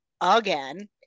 again